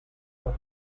leur